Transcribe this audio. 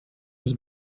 has